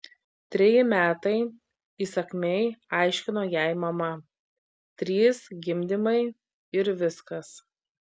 treji metai įsakmiai aiškino jai mama trys gimdymai ir viskas